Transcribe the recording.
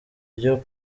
ryo